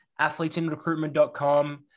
athletesinrecruitment.com